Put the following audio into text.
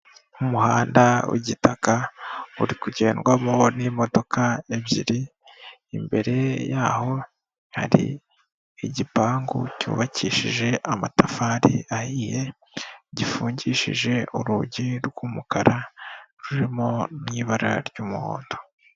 Umuhanda w'igitaka uri kugendwamo n'imodoka ebyiri, imbere yaho hari igipangu cyubakishije amatafari ahiye, gifungishije urugi rw'umukara rurimo n'ibara ry'umuhondo.